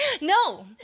No